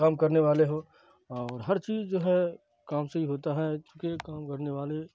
کام کرنے والے ہو اور ہر چیز جو ہے کام سے ہی ہوتا ہے چونکہ کام کرنے والے